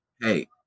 hey